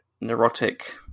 neurotic